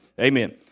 Amen